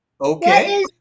okay